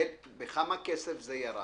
בכמה כסף זה ירד.